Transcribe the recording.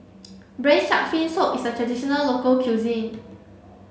braised shark fin soup is a traditional local cuisine